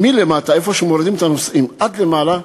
מלמטה, במקום שמורידים את הנוסעים, עד למעלה,